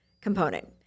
component